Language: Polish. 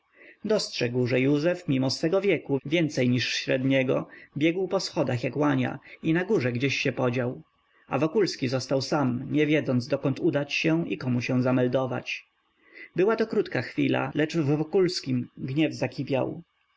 dostrzegł że józef mimo swego wieku więcej niż średniego biegł po schodach jak łania i na górze gdzieś się podział a wokulski został sam nie wiedząc dokąd udać się i komu się zameldować była to krótka chwila lecz w wokulskim gniew